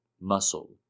muscle